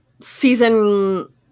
season